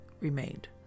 remained